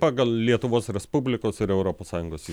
pagal lietuvos respublikos ir europos sąjungos